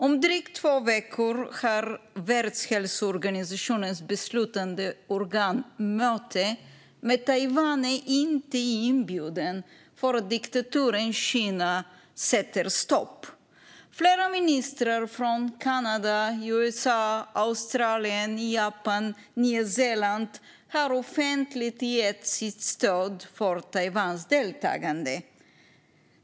Om drygt två veckor har Världshälsoorganisationens beslutande organ möte, men Taiwan är inte inbjudet. Diktaturen Kina sätter stopp. Flera ministrar från Kanada, USA, Australien, Japan och Nya Zeeland har offentligt gett sitt stöd för Taiwans deltagande.